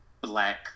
black